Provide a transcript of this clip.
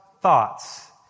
thoughts